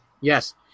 Yes